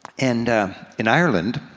and in ireland,